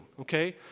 okay